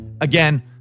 again